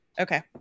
okay